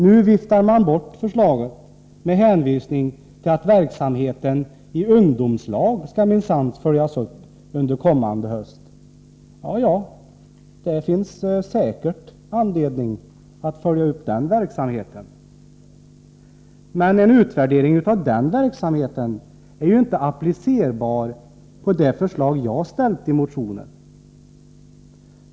Nu viftar man bort förslaget med hänvisning till att verksamheten i ungdomslag minsann skall följas upp under kommande höst. Ja, det finns säkerligen anledning att följa upp den verksamheten, men en utvärdering av denna är ju inte applicerbar på det förslag som jag ställt i motionen.